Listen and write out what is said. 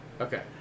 Okay